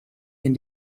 can